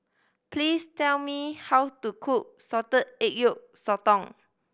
please tell me how to cook salted egg yolk sotong